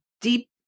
deep